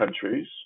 countries